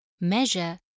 Measure